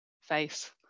face